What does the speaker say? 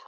um